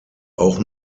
auch